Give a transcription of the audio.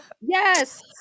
yes